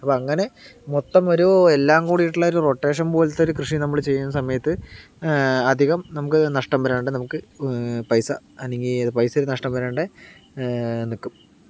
അപ്പോൾ അങ്ങനെ മൊത്തം ഒരു എല്ലാം കുടീട്ടുള്ള ഒരു റൊട്ടേഷൻ പോലെത്തൊര് കൃഷി രീതി നമ്മള് ചെയ്യുന്ന സമയത്ത് അധികം നമുക്ക് നഷ്ടം വരാണ്ട് നമുക്ക് പൈസ അല്ലെങ്കിൽ പൈസയിൽ നഷ്ടം വരാണ്ടെ നിക്കും